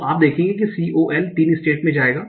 तो आप देखेंगे कि col 3 स्टेट में जाएगा